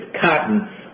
cotton